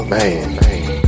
Man